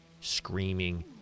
screaming